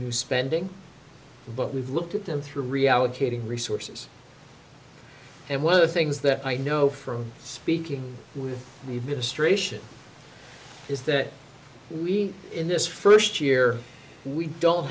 new spending but we've looked at them through reallocating resources and one of the things that i know from speaking with the administration is that we in this first year we don't